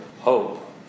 Hope